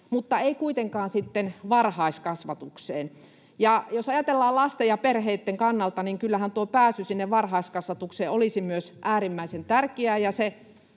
mutta ei kuitenkaan sitten varhaiskasvatukseen. Jos ajatellaan lasten ja perheitten kannalta, niin kyllähän myös pääsy varhaiskasvatukseen olisi äärimmäisen tärkeää.